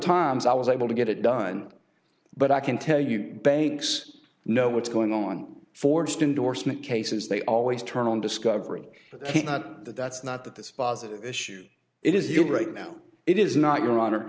times i was able to get it done but i can tell you banks know what's going on forged indorsement cases they always turn on discovery not that that's not that this issue it is you right now it is not your honor